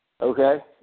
Okay